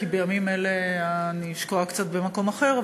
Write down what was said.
כי בימים אלה אני שקועה קצת במקום אחר,